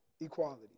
Equality